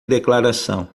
declaração